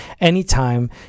anytime